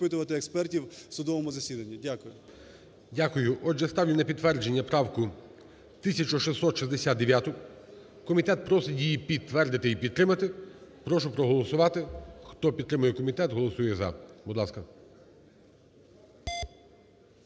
Дякую. Отже, ставлю на підтвердження правку 1669-у. Комітет просить її підтвердити і підтримати. Прошу проголосувати. Хто підтримує комітет, голосує "за". Будь ласка.